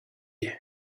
you